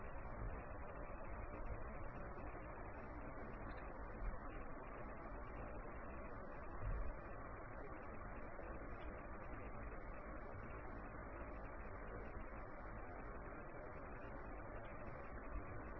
तो यहां से फिर से यह बढ़ रहा है इसलिए इसका मतलब है कि यह पीछे जाना शुरू कर देगा ऑपरेटिंग पॉइंट इसी दिशा में पीछे जाना शुरू हो जाएगा